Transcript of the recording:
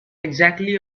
exactly